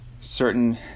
certain